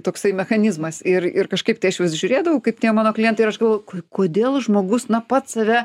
toksai mechanizmas ir ir kažkaip tai aš vis žiūrėdavau kaip tie mano klientai ir aš galvojau kodėl žmogus na pats save